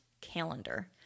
calendar